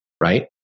right